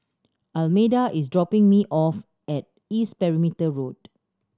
Almeda is dropping me off at East Perimeter Road